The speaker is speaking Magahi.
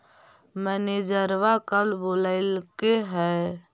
मैनेजरवा कल बोलैलके है?